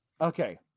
Okay